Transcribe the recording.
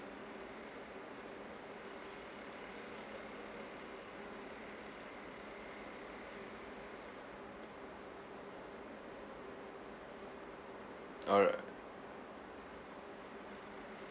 alri~